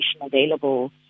available